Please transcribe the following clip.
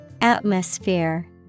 Atmosphere